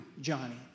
Johnny